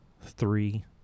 three